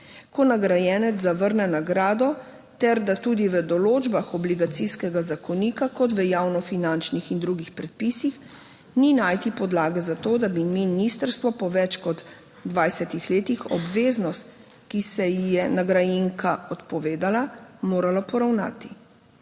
(Nadaljevanje) ter da tudi v določbah Obligacijskega zakonika, kot v javnofinančnih in drugih predpisih ni najti podlage za to, da bi ministrstvo po več kot 20. letih obveznost, ki se ji je nagrajenka odpovedala, morala poravnati.